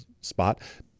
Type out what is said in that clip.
spot